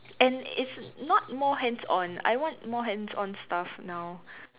and it's not more hands on I want more hands on stuff now